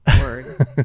word